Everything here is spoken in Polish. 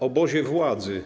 Obozie Władzy!